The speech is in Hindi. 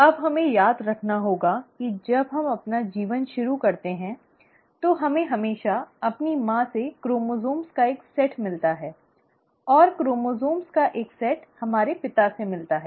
अब हमें याद रखना होगा कि जब हम अपना जीवन शुरू करते हैं तो हमें हमेशा अपनी माँ से क्रोमोसोम्स का एक सेट मिलता है और क्रोमोसोम्स का एक सेट हमारे पिता से मिलता है